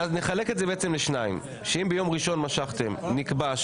נחלק את זה לשניים: אם ביום ראשון משכתם נקבע: